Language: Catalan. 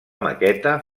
maqueta